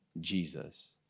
Jesus